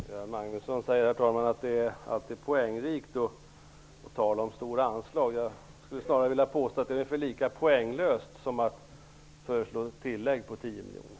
Herr talman! Göran Magnusson säger att det alltid är en poäng att tala om stora anslag. Jag skulle snarare vilja påstå att det är ungefär lika poänglöst som att föreslå ett tillägg på 10 miljoner.